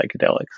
psychedelics